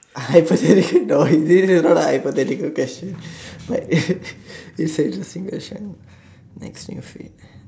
I really don't I really don't have a hypothetical question but this is very interesting question new next new fad